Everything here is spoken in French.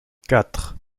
quatre